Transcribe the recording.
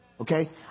Okay